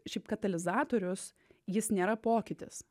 šiaip katalizatorius jis nėra pokytis